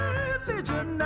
religion